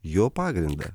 jo pagrindą